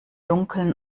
dunkeln